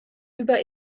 über